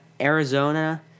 arizona